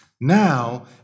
Now